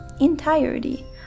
entirety